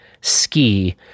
ski